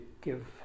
give